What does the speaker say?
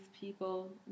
people